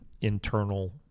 internal